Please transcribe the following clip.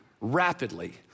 rapidly